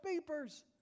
papers